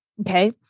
Okay